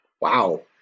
Wow